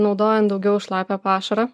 naudojant daugiau šlapią pašarą